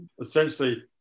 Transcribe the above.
essentially